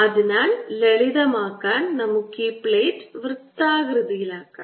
അതിനാൽ ലളിതമാക്കാൻ നമുക്ക് ഈ പ്ലേറ്റ് വൃത്താകൃതിയിലാക്കാം